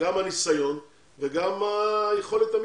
גם הניסיון וגם היכולת המקצועית.